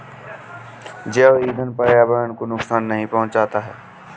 जैव ईंधन पर्यावरण को नुकसान नहीं पहुंचाता है